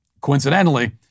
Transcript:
coincidentally